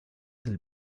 del